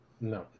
No